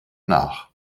nach